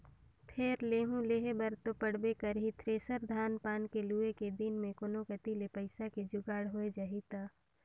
फेर लेहूं लेहे बर तो पड़बे करही थेरेसर, धान पान के लुए के दिन मे कोनो कति ले पइसा के जुगाड़ होए जाही त